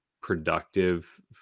productive